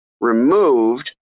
removed